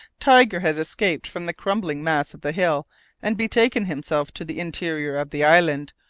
tiger had escaped from the crumbling mass of the hill and betaken himself to the interior of the island,